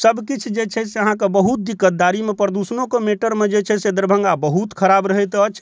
सब किछु जे छै से अहाँके बहुत गद्दारी मे प्रदुषणोके मेटरमे जे छै से दरभङ्गा बहुत खराब रहैत अछि